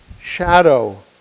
shadow